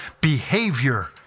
behavior